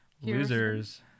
Losers